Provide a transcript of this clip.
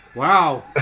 Wow